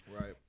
Right